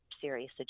serious